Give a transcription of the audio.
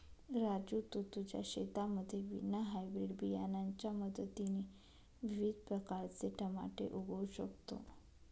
राजू तू तुझ्या शेतामध्ये विना हायब्रीड बियाणांच्या मदतीने विविध प्रकारचे टमाटे उगवू शकतो